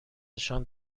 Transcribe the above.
نشان